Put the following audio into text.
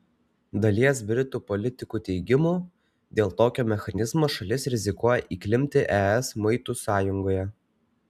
dalies britų politikų teigimu dėl tokio mechanizmo šalis rizikuoja įklimpti es muitų sąjungoje